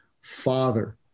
father